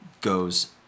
goes